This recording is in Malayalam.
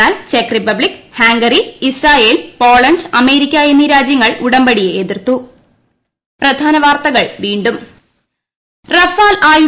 എന്നാൽ ചെക്ക് Republic Hungary Israel Poland America എന്നീരാജൃങ്ങൾ ഉടമ്പടിയെ എതിർത്തു